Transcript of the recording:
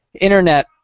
internet